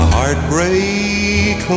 Heartbreak